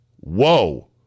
whoa